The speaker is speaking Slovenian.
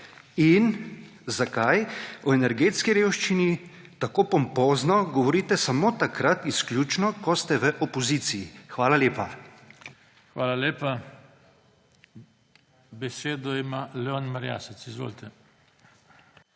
In zakaj o energetski revščini tako pompozno govorite samo takrat, izključno, ko ste v opoziciji? Hvala lepa. PODPREDSEDNIK JOŽE TANKO: Hvala lepa. Besedo ima Leon Merjasec. Izvolite.